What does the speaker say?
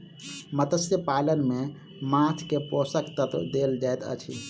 मत्स्य पालन में माँछ के पोषक तत्व देल जाइत अछि